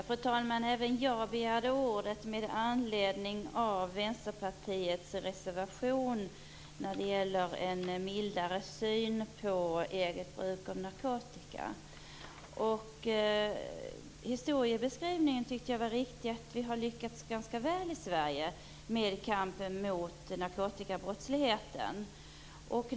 Fru talman! Även jag begärde ordet med anledning av Vänsterpartiets reservation när det gäller en mildare syn på eget bruk av narkotika. Historiebeskrivningen tycker jag var riktig. Vi har lyckats ganska väl i Sverige med kampen mot narkotikabrottsligheten.